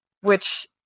which-